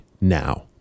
now